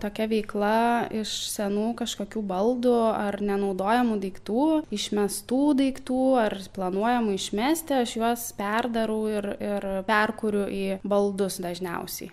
tokia veikla iš senų kažkokių baldų ar nenaudojamų daiktų išmestų daiktų ar planuojamų išmesti aš juos perdarau ir ir perkuriu į baldus dažniausiai